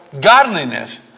godliness